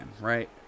right